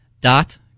dot